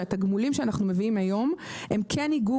התגמולים שאנחנו מביאים היום הם כן יגעו